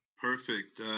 perfect.